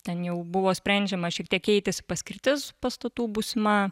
ten jau buvo sprendžiama šiek tiek keitėsi paskirtis pastatų būsima